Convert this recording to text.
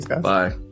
bye